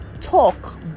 talk